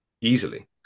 easily